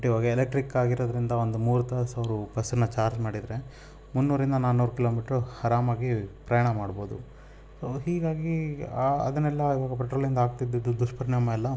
but ಇವಾಗ electric ಆಗಿರೋದರಿಂದ ಒಂದು ಮೂರು ತಾಸು ಅವರು ಬಸ್ಸನ್ನು ಚಾರ್ಜ್ ಮಾಡಿದರೆ ಮುನ್ನೂರರಿಂದ ನಾನೂರು ಕಿಲೋಮಿಟ್ರು ಅರಾಮಾಗಿ ಪ್ರಯಾಣ ಮಾಡ್ಬೋದು ಹೀಗಾಗಿ ಆ ಅದನ್ನೆಲ್ಲ ಇವಾಗ ಪೆಟ್ರೋಲಿಂದ ಆಗ್ತಿದ್ದದ್ದು ದುಷ್ಪರಿಣಾಮ ಎಲ್ಲ